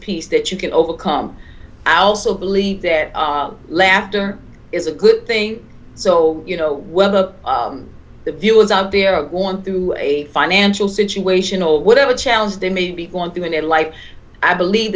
piece that you can overcome i also believe that laughter is a good thing so you know whether the viewers out there are going through a financial situation or whatever challenges they may be going through in their life i believe